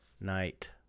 night